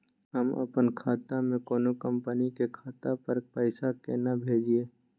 हम अपन खाता से कोनो कंपनी के खाता पर पैसा केना भेजिए?